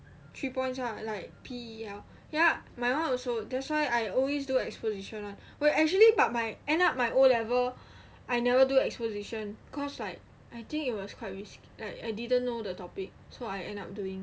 three points lah like P_E_E_L ya my one also that's why I always do exposition one wait actually but my and at my O level I never do exposition cause like I think it was quite risky like I didn't know the topic so I end up doing